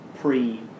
pre